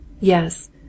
yes